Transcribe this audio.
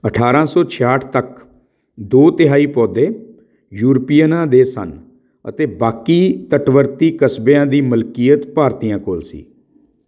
ਅਠਾਰਾਂ ਸੌ ਛਿਆਹਠ ਤੱਕ ਦੋ ਤਿਹਾਈ ਪੌਦੇ ਯੂਰਪੀਅਨਾਂ ਦੇ ਸਨ ਅਤੇ ਬਾਕੀ ਤੱਟਵਰਤੀ ਕਸਬਿਆਂ ਦੀ ਮਲਕੀਅਤ ਭਾਰਤੀਆਂ ਕੋਲ ਸੀ